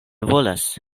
volas